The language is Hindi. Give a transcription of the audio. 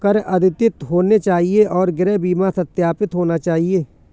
कर अद्यतित होने चाहिए और गृह बीमा सत्यापित होना चाहिए